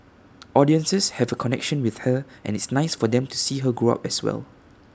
audiences have A connection with her and it's nice for them to see her grow up as well